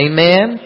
Amen